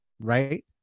right